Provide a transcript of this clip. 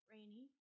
Rainy